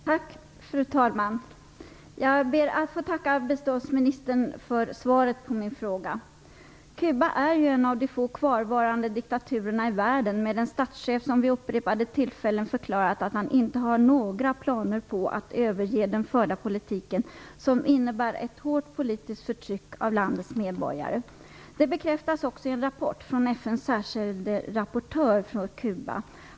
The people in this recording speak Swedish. Fru talman! Jag ber att få tacka biståndsministern för svaret på min fråga. Kuba är en av de få kvarvarande diktaturerna i världen med en statschef som vid upprepade tillfällen förklarat att han inte har några planer på att överge den förda politiken, som innebär ett hårt politiskt förtryck av landets medborgare. Det bekräftas också i en rapport från FN:s särskilde rapportör för Kuba.